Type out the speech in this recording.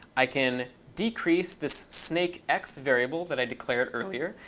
i can decrease this snakex variable that i declared earlier.